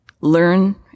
learn